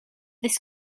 this